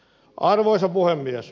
arvoisa puhemies